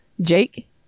Jake